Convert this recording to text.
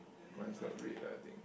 mine is not red I think